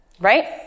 Right